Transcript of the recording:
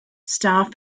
staff